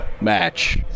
Match